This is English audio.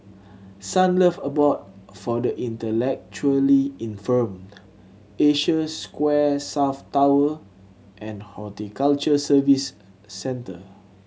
Sunlove Abode for the Intellectually Infirmed Asia Square South Tower and Horticulture Services Centre